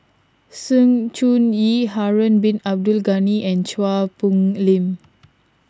Sng Choon Yee Harun Bin Abdul Ghani and Chua Phung Lim